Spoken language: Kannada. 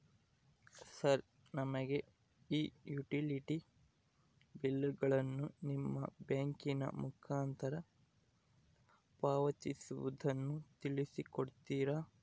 ಸರ್ ನಮಗೆ ಈ ಯುಟಿಲಿಟಿ ಬಿಲ್ಲುಗಳನ್ನು ನಿಮ್ಮ ಬ್ಯಾಂಕಿನ ಮುಖಾಂತರ ಪಾವತಿಸುವುದನ್ನು ತಿಳಿಸಿ ಕೊಡ್ತೇರಾ?